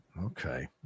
Okay